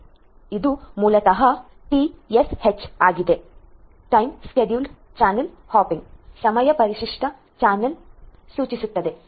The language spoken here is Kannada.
ಆದ್ದರಿಂದ ಇದು ಮೂಲತಃ ಟಿಎಸ್ಸಿಎಚ್ ಆಗಿದೆ ಮೂಲತಃ ಸಮಯ ಪರಿಶಿಷ್ಟ ಚಾನೆಲ್ ಸೂಚಿಸುತ್ತದೆ